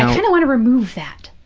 i kind of want to remove that.